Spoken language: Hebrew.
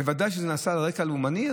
בוודאי שכשזה נעשה על רקע לאומני,